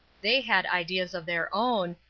they had ideas of their own,